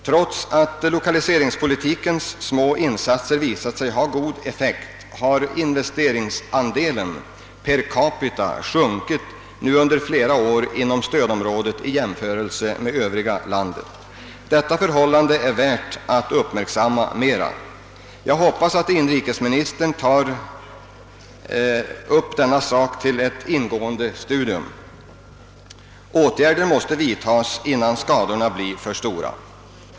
Trots att lokaliseringspolitikens små insatser visat sig ha god effekt har investeringsandelen per capita nu under flera år sjunkit inom stödområdet i jämförelse med övriga delar av landet. Detta förhållande är värt att uppmärksamma i större utsträckning än vad som skett. Jag hoppas att inrikesministern tar upp denna sak till ingående studium. Åtgärder måste vidtas innan skadorna blir för stora.